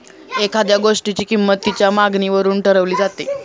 एखाद्या गोष्टीची किंमत तिच्या मागणीनुसार ठरवली जाते